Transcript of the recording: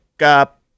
up